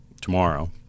tomorrow